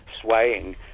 swaying